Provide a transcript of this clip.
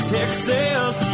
Texas